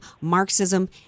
Marxism